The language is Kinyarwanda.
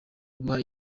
guha